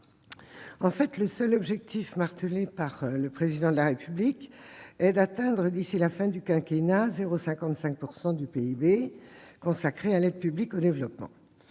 rassurer. Le seul objectif, martelé par le Président de la République, est d'atteindre, d'ici à la fin du quinquennat, 0,55 % du PIB consacré à l'aide publique au développement.